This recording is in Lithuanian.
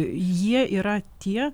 jie yra tie